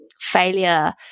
failure